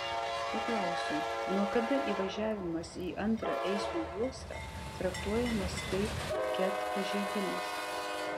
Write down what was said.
paklausiau nuo kada įvažiavimas į antrą eismo juostą traktuojamas kaip ket pažeidimas